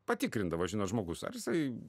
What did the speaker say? patikrindavo žinot žmogus ar jisai